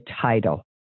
title